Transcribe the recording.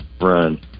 run